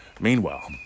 Meanwhile